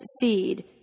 seed